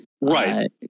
right